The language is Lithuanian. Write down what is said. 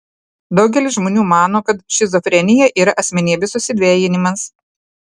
daugelis žmonių mano kad šizofrenija yra asmenybės susidvejinimas